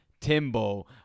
Timbo